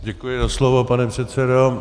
Děkuji za slovo, pane předsedo.